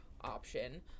option